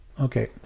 Okay